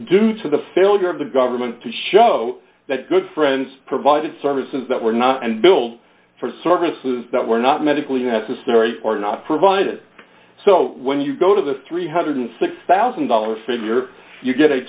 due to the failure of the government to show that good friends provided services that were not and billed for services that were not medically necessary are not provided so when you go to the three hundred and six thousand dollars figure you get a